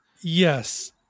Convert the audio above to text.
Yes